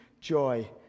joy